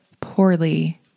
poorly